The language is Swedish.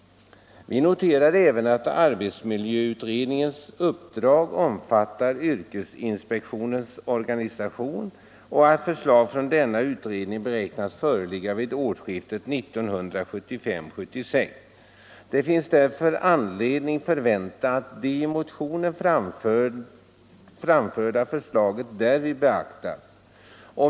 Vi noterar även att arbetsmiljöutredningens uppdrag omfattar yrkesinspektionens organisation och att förslag från denna utredning beräknas föreligga vid årsskiftet 1975-1976. Det finns anledning förvänta att det i motionen framförda förslaget därvid beaktas.